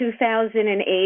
2008